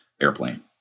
airplane